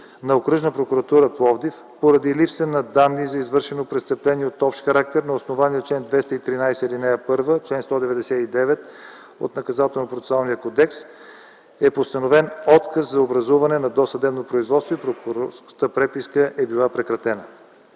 – Пловдив, поради липса на данни за извършено престъпление от общ характер, на основание чл. 213, ал. 1 и чл. 199 от Наказателно-процесуалния кодекс е постановен отказ за образуване на досъдебно производство и прокурорската преписка е била прекратена.